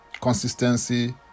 consistency